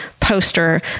poster